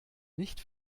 nicht